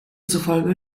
zufolge